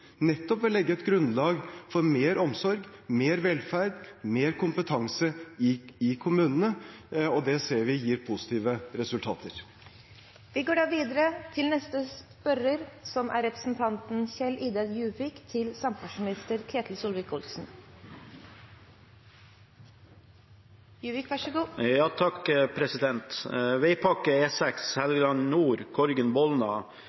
nettopp ved å legge et grunnlag for mer omsorg, mer velferd og mer kompetanse i kommunene – og det ser vi gir positive resultater.